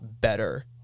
better